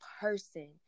person